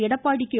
Edappadi K